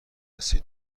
هستی